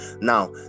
Now